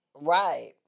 Right